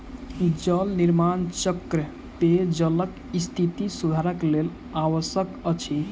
जल निर्माण चक्र पेयजलक स्थिति सुधारक लेल आवश्यक अछि